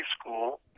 school